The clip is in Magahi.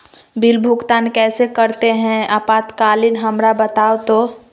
बिल भुगतान कैसे करते हैं आपातकालीन हमरा बताओ तो?